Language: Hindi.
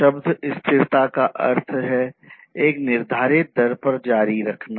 शब्द स्थिरता का अर्थ है एक निर्धारित दर पर जारी रखना